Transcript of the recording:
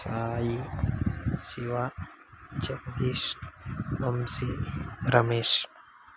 Sai Shiva Jagadish Vamshi Ramesh